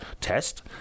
test